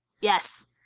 Yes